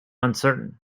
uncertain